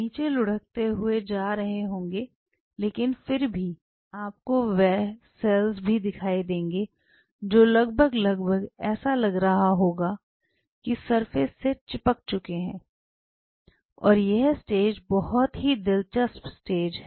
नीचे लुढ़कते हुए जा रहे होंगे लेकिन फिर भी आपको वह सेल्स भी दिखाई देंगे जो लगभग लगभग ऐसा लग रहा होगा कि सरफेस से चिपक चुके हैं और यह स्टेज एक बहुत ही दिलचस्प स्टेज है